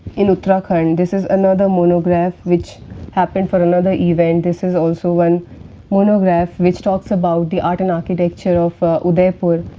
in uttarakhand. this is another monograph which happened for another event. this is also one monograph, which talks about the art and architecture of udaipur.